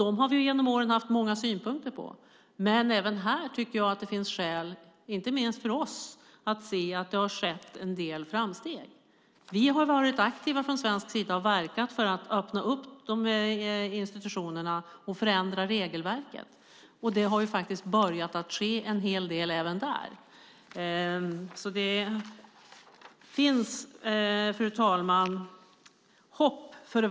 Dem har vi genom åren haft många synpunkter på, men även här tycker jag att det finns skäl, inte minst för oss, att se att det har skett en del framsteg. Vi har varit aktiva från svensk sida och verkat för att öppna upp institutionerna och förändra regelverket. Det har börjat ske en hel del även där. Det finns hopp för världen, fru talman.